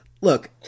look